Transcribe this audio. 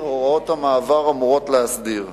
הוראות המעבר אמורות להסדיר.